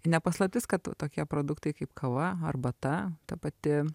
ne paslaptis kad tokie produktai kaip kava arbata ta pati